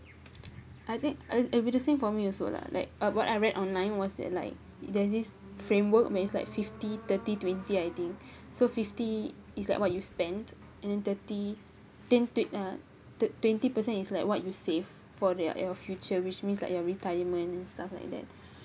I think uh it will be the same for me also lah like uh what I read online was that like there's this framework may it's like fifty thirty twenty I think so fifty is like what you spent and then thirty ten twen~ uh thirt~ twenty percent is like what you save for their your future which means like your retirement stuff like that